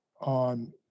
on